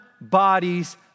bodies